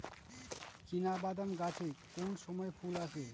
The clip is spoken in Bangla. চিনাবাদাম গাছে কোন সময়ে ফুল আসে?